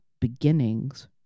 beginnings